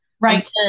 right